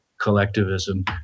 collectivism